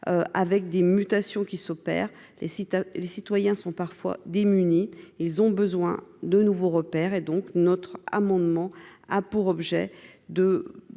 avec des mutations qui s'opèrent les sites, les citoyens sont parfois démunis, ils ont besoin de nouveaux repères et donc notre amendement a pour objet de